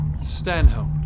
Stanhope